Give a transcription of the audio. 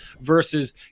versus